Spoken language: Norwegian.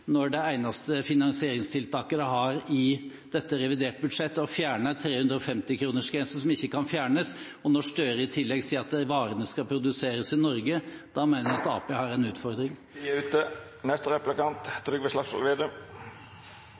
når det eneste finansieringstiltaket de har i dette reviderte budsjettet, er å fjerne 350-kronersgrensen, som ikke kan fjernes. Når Støre i tillegg sier at varene skal produseres i Norge, mener jeg at Arbeiderpartiet har en utfordring.